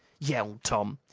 yelled tom.